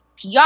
PR